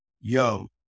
yo